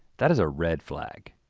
that is a red flag.